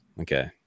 Okay